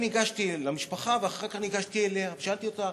ניגשתי למשפחה, ואחר כך ניגשתי אליה, ושאלתי אותה: